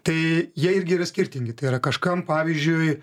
tai jie irgi yra skirtingi tai yra kažkam pavyzdžiui